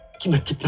committee